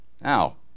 Now